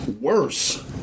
worse